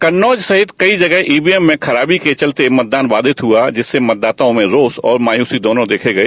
कन्नौज सहित जगह ईवीएम में खराबी के चलते मतदान बाधित हुआ जिससे मतदाताओं में रोष तथा मायूसी दोनों देखे गए